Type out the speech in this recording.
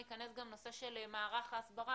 ייכנס גם הנושא של מערך ההסברה,